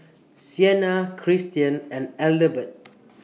Sienna Kristian and Adelbert